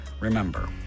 Remember